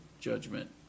judgment